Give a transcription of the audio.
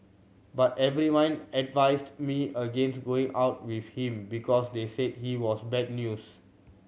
but everyone advised me against going out with him because they said he was bad news